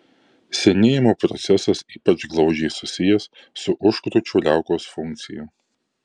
senėjimo procesas ypač glaudžiai susijęs su užkrūčio liaukos funkcija